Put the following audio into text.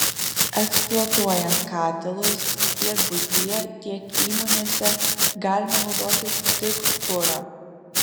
eksploatuojant katilus tiek buityje tiek įmonėse galima naudoti tik kurą